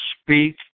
speak